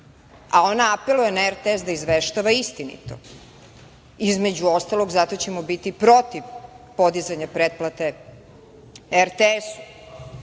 a ona apeluje na RTS da izveštava istinito. Između ostalog, zato ćemo biti protiv podizanja pretplate RTS-u.